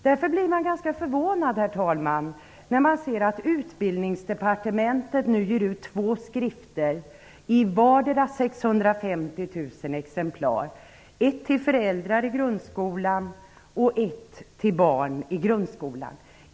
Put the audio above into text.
Därför blir man förvånad, herr talman, när man ser att Utbildningsdepartementet nu ger ut två skrifter i vardera 650 000 exemplar, en till föräldrar i grundskolan och en till barn i grundskolan.